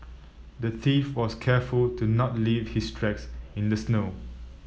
the thief was careful to not leave his tracks in the snow